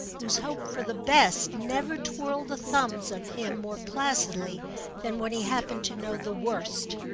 whose hope for the best never twirled the thumbs of him more placidly than when he happened to know the worst.